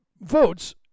votes